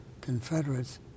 Confederates